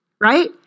right